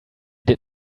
did